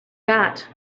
that